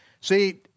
See